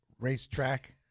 racetrack